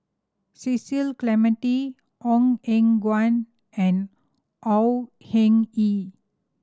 Cecil Clementi Ong Eng Guan and Au Hing Yee